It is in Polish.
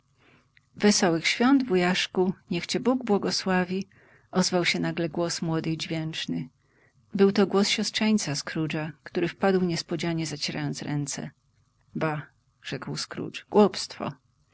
wesołych świąt wujaszku niech cię bóg błogosławi ozwał się nagle głos młody i dźwięczny był to głos siostrzeńca scroogea który wpadł niespodzianie zacierając ręce ba rzekł scrooge głupstwo